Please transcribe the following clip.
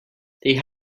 they